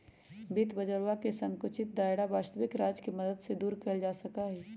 वित्त बाजरवा के संकुचित दायरा वस्तबिक राज्य के मदद से दूर कइल जा सका हई